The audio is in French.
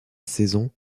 saison